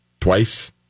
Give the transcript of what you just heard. twice